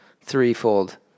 threefold